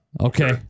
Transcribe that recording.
Okay